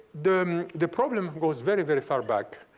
the the problem goes very, very far back.